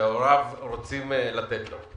שהוריו רוצים לתת לו.